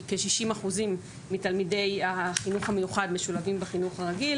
כ-60% מתלמידי החינוך המיוחד משולבים בחינוך הרגיל,